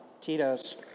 Tito's